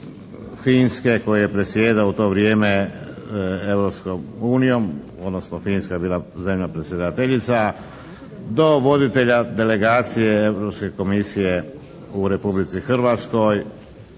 Finske koji je predsjedao u to vrijeme Europskom unijom odnosno Finska je bila zemlja predsjedateljica. Do voditelja delegacije Europske komisije u Republici Hrvatskoj.